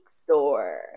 store